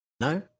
no